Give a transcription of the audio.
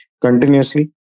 continuously